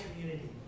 community